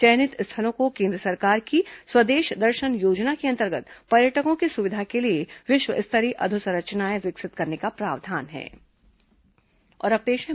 चयनित स्थलों को केन्द्र सरकार की स्वदेश दर्शन योजना के अंतर्गत पर्यटकों की सुविधा के लिए विश्व स्तरीय अधोसंरचनाएं विकसित करने का प्रावधान है